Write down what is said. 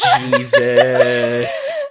Jesus